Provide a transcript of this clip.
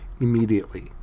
immediately